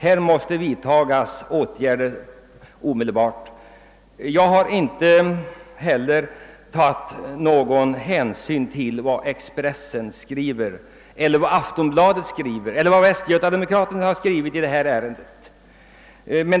Här måste vidtas omedelbara åtgärder. Jag har inte heller tagit någon hänsyn till vad Expressen, Aftonbladet eller Västgöta-Demokraten skrivit i ärendet.